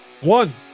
one